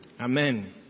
Amen